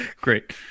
Great